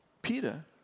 Peter